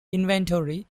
inventory